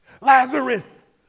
Lazarus